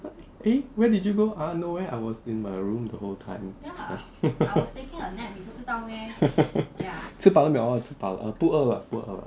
eh where did you go !huh! nowhere I was in my room the whole time 吃饱了没有吃饱了 oh 不饿不饿